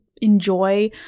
enjoy